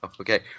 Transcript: Okay